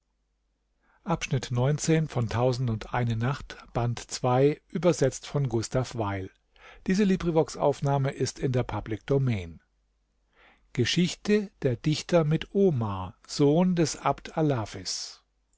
geschichte der dichter mit omar sohn des